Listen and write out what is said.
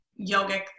yogic